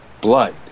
Blood